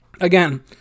again